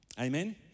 amen